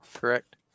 correct